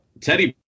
Teddy